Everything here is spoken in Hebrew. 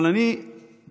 אבל אני ציינתי,